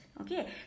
Okay